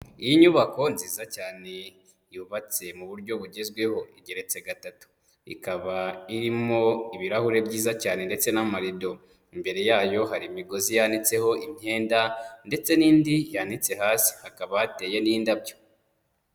Inyubako nziza cyane yubatse mu buryo bugezweho, igeretse gatatu, ikaba irimo ibirahure byiza cyane ndetse n'amarido, imbere yayo hari imigozi yanitseho imyenda ndetse n'indi yanitse, hasi hakaba hateye n'indabyo.